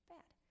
Bad